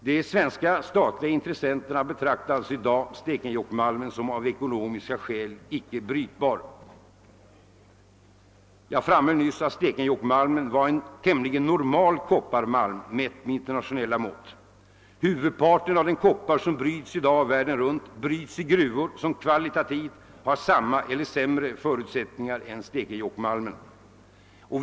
De svenska statliga intressenterna betraktar alltså i dag Stekenjokkmalmen som av ekonomiska skäl icke brytbar. Jag framhöll nyss att Stekenjokkmalmen är en tämligen normal kopparmalm mätt med internationella mått. Huvudparten av den koppar som bryts i dag, världen runt, tas från gruvor som kvalitativt har samma eller sämre förutsättningar än vad som gäller i Stekenjokk.